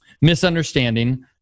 Misunderstanding